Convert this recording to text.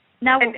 Now